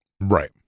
Right